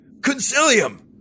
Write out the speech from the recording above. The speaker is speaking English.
Concilium